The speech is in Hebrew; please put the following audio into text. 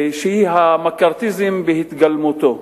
שהיא המקארתיזם בהתגלמותו.